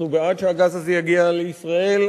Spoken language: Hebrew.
אנחנו בעד שהגז הזה יגיע לישראל,